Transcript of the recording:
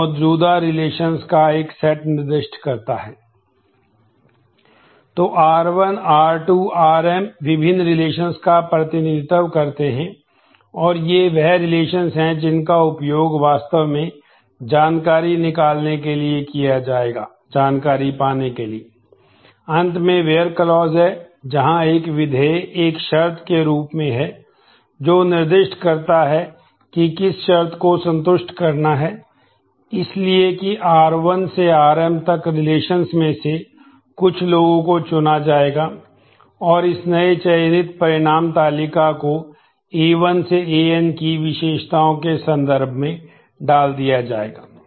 तो आर1 की विशेषताओं के संदर्भ में डाल दिया जाएगा